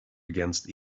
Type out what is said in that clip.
against